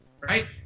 right